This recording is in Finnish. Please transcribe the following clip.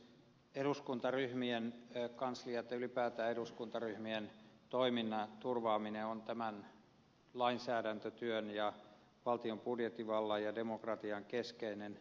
eduskuntaryhmien kanslioiden ja ylipäätään eduskuntaryhmien toiminnan turvaaminen on tämän lainsäädäntötyön ja valtion budjettivallan ja demokratian keskeinen turva